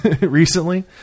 recently